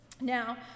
Now